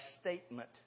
statement